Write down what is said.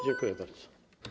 Dziękuję bardzo.